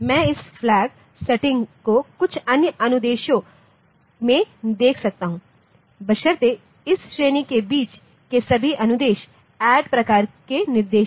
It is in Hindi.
मैं इस फ्लैगसेटिंग को कुछ अन्य अनुदेशों में देख सकता हूं बशर्ते इस श्रेणी के बीच के सभी अनुदेश ADD प्रकार के निर्देश हो